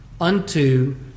unto